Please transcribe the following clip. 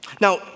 Now